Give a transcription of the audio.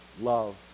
love